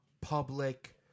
public